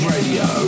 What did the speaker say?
Radio